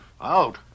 Out